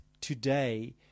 today